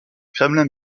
kremlin